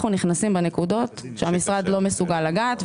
אנחנו נכנסים בנקודות שהמשרד לא מסוגל לגעת בהן.